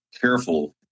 careful